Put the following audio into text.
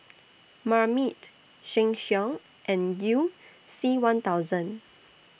Marmite Sheng Siong and YOU C one thousand